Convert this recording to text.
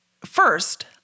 First